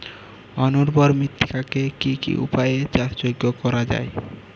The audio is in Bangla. অনুর্বর মৃত্তিকাকে কি কি উপায়ে চাষযোগ্য করা যায়?